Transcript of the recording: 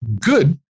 good